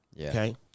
okay